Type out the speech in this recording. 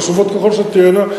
חשובות ככל שתהיינה,